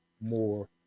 more